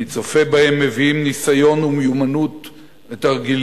אני צופה בהם מביאים ניסיון ומיומנות לתרגילים,